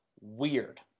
weird